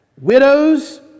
widows